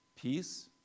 peace